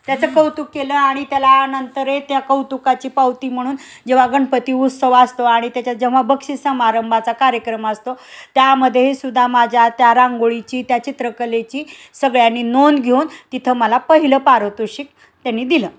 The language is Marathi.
त्याचं कौतुक केलं आणि त्यालानंतर ही त्या कौतुकाची पावती म्हणून जेव्हा गणपती उत्सव असतो आणि त्याच्यात जेव्हा बक्षीस समारंभाचा कार्यक्रम असतो त्यामध्ये सुुद्धा माझ्या त्या रांगोळीची त्या चित्रकलेची सगळ्यांनी नोंद घेऊन तिथं मला पहिलं पारतोषिक त्यानी दिलं